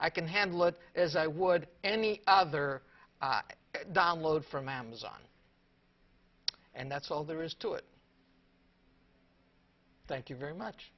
i can handle it as i would any other download from amazon and that's all there is to it thank you very much